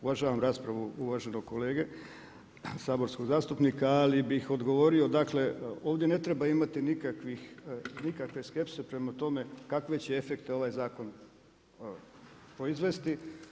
Uvažavam raspravu uvaženog kolege saborskog zastupnika, ali bih odgovorio dakle, ovdje ne treba imati nikakve skepse prema tome kakve će efekte ovaj zakon proizvesti.